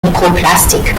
mikroplastik